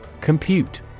Compute